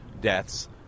deaths